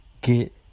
get